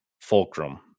fulcrum